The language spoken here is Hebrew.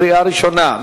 קריאה ראשונה.